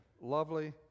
lovely